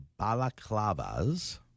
balaclavas